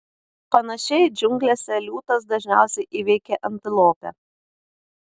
panašiai džiunglėse liūtas dažniausiai įveikia antilopę